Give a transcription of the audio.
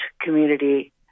community